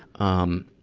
um,